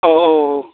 औ औ औ